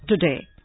today